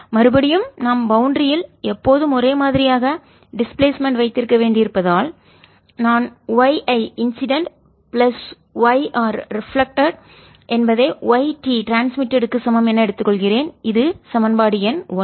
மறுபடியும் நாம் பவுண்டரியில் எல்லை எப்போதும் ஒரே மாதிரியாக டிஸ்பிளேஸ்மென்ட்இடப்பெயர்ச்சி வைத்திருக்க வேண்டி இருப்பதால் நான் y I incident plus y R reflect பிரதிபலித்த என்பதை y T ட்ரான்ஸ்மிட்டட்க்கு சமம் என எடுத்துக் கொள்கிறேன் இது சமன்பாடு எண் ஒன்று